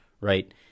right